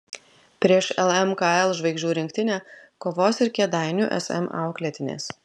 prieš lmkl žvaigždžių rinktinę kovos ir kėdainių sm auklėtinės